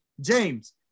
James